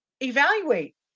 evaluate